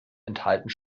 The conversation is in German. enthalten